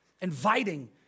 inviting